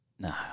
No